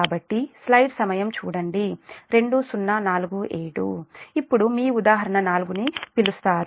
కాబట్టి ఇప్పుడు మీ ఉదాహరణ 4 ని పిలుస్తారు